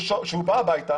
הוא בא הביתה